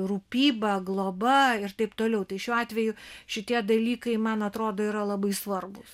rūpyba globa ir taip toliau tai šiuo atveju šitie dalykai man atrodo yra labai svarbūs